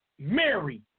Mary